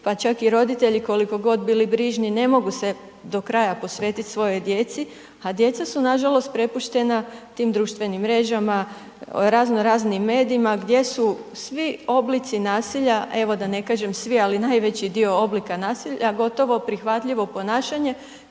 pa čak i roditelji, koliko god bili brižni ne mogu se do kraja posvetiti svojoj djeci, a djeca su nažalost prepuštena tim društvenim mrežama, razno raznim medijima gdje su svi oblici nasilja, evo da ne kažem svi, ali najveći dio oblika nasilja gotovo prihvatljivo ponašanje